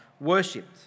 worshipped